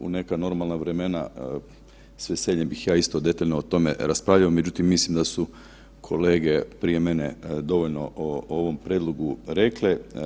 U neka normalna vremena s veseljem bih ja isto detaljno o tome raspravljao, međutim mislim da su kolege prije mene dovoljno o ovom prijedlogu rekle.